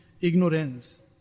ignorance